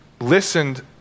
listened